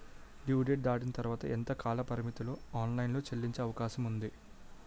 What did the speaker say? Due date దాటిన తర్వాత ఎంత కాలపరిమితిలో ఆన్ లైన్ లో చెల్లించే అవకాశం వుంది?